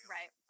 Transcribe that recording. Right